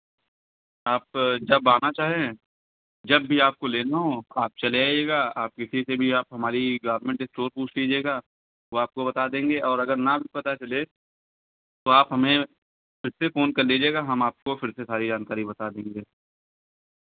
आप जब आना चाहें जब भी आपको लेना हो आप चले आइएगा आप किसी से भी आप हमारी गारमेन्ट स्टोर पूछ लीजिएगा वो आपको बता देंगे और अगर ना भी पता चले तो आप हमें फिर से फ़ोन कर लीजिएगा हम आपको फिर से सारी जानकारी बता देंगे